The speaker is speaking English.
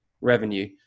revenue